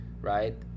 right